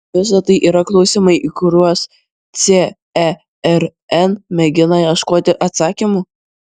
ir visa tai yra klausimai į kuriuos cern mėgina ieškoti atsakymų